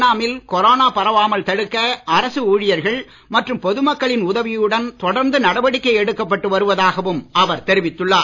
ஏனா மில் கொரோனா பரவாமல் தடுக்க அரசு ஊழியர்கள் மற்றும் பொது மக்களின் உதவியுடன் தொடர்ந்து நடவடிக்கை எடுக்கப் பட்டு வருவதாகவும் அவர் தெரிவித்துள்ளார்